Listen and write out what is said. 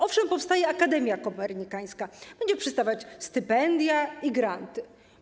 Owszem, powstaje Akademia Kopernikańska, będzie przyznawać stypendia i granty.